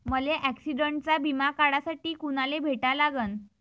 मले ॲक्सिडंटचा बिमा काढासाठी कुनाले भेटा लागन?